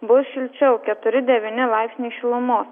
bus šilčiau keturi devyni laipsniai šilumos